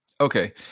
Okay